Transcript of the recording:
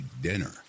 dinner